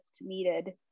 needed